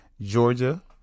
Georgia